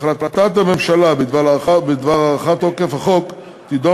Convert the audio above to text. החלטת הממשלה בדבר הארכת תוקף החוק תידון